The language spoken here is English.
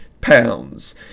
pounds